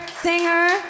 singer